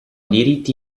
diritti